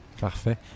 Parfait